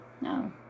No